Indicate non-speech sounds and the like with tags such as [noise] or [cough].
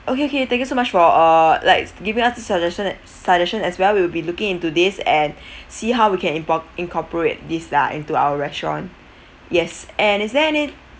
okay okay thank you so much for uh like giving us the suggestion suggestion as well we will be looking into this and [breath] see how we can incorp~ incorporate this lah into our restaurant yes and is there any